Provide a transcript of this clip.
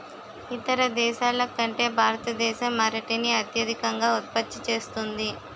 ఇతర దేశాల కంటే భారతదేశం అరటిని అత్యధికంగా ఉత్పత్తి చేస్తుంది